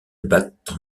battent